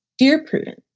dear prudence.